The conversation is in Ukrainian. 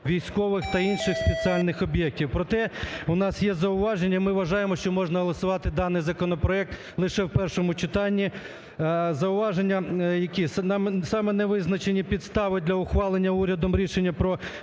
військових та інших спеціальних об'єктів. Проте у нас є зауваження. Ми вважаємо, що можна голосувати даний законопроект лише в першому читанні. Зауваження які? Саме не визначені підстави для ухвалення урядом рішення про